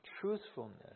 truthfulness